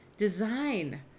Design